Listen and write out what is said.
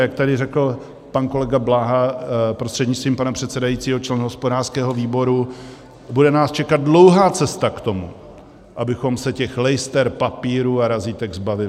A jak tady řekl pan kolega Bláha prostřednictvím pana předsedajícího, člena hospodářského výboru, bude nás čekat dlouhá cesta k tomu, abychom se těch lejster, papírů a razítek zbavili.